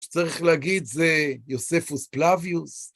שצריך להגיד זה יוספוס פלאביוס.